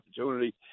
opportunity